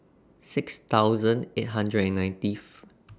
six thousand eight hundred nineteenth